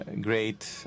great